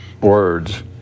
words